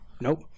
Nope